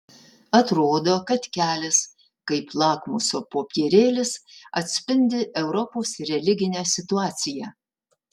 atrodo kad kelias kaip lakmuso popierėlis atspindi europos religinę situaciją